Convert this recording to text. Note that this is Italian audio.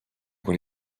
con